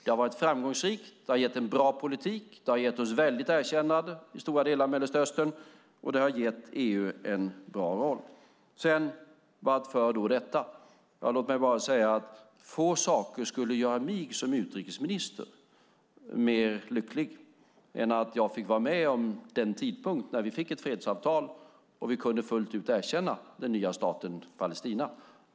Det har varit framgångsrikt och har gett en bra politik, ett väldigt erkännande i stora delar av Mellanöstern och en bra roll för EU. Vart för då detta? Få saker skulle göra mig som utrikesminister lyckligare än att få vara med om den tidpunkt när vi skulle få ett fredsavtal och fullt ut kunde erkänna staten Palestina.